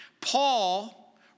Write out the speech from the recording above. Paul